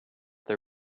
they